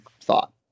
thought